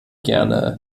gerne